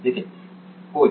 नितीन होय